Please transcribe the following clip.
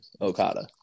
Okada